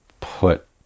put